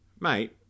mate